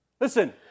Listen